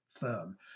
firm